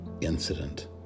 incident